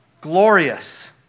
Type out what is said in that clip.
glorious